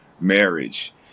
marriage